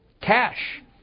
cash